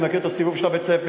אני מכיר את הסיבוב של בית-הספר,